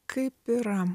kaip yra